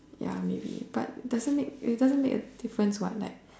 ya maybe but doesn't make it doesn't make a difference what like